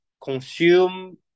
consume